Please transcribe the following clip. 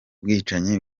bwicanyi